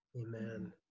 Amen